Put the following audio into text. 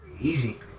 easy